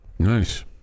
nice